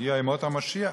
הגיעו ימות המשיח,